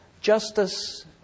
Justice